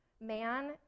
man